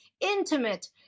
intimate